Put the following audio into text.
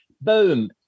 boom